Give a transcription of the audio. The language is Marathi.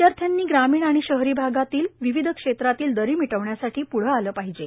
विदयार्थ्यांनी ग्रामीण आणि शहरी भागातील विविध क्षेत्रातील दरी मिटवण्यासाठी पृढे आलं पाहिजे